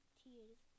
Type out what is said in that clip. tears